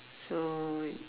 so wait